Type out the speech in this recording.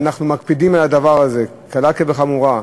ואנחנו מקפידים על הדבר הזה קלה כחמורה.